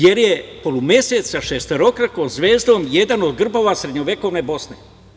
Jer je polumesec sa šestokrakom zvezdom jedan od grbova srednjovekovne Bosne.